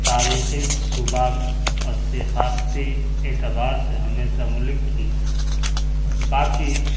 تاریخی صوبہ اور ثقاقتی اعتبار سے ہمیشہ ملک کی باقی